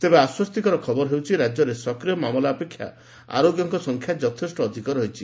ତେବେ ଆଶ୍ୱସ୍ତିକର ଖବର ହେଉଛି ରାଜ୍ୟରେ ସକ୍ରିୟ ମାମଲା ଅପେକ୍ଷା ଆରୋଗ୍ୟଙ୍ଙ ସଂଖ୍ୟା ଯଥେଷ ଅଧିକ ରହିଛି